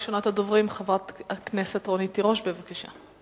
ראשונת הדוברים, חברת הכנסת רונית תירוש, בבקשה.